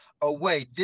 away